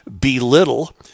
belittle